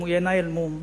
אם הוא ינהל משא-ומתן,